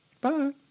Bye